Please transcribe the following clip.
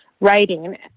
writing